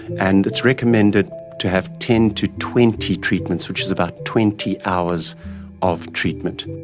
and it's recommended to have ten to twenty treatments, which is about twenty hours of treatment.